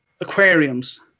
aquariums